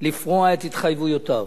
לפרוע את התחייבויותיו.